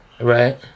Right